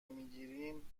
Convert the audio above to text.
میگیریم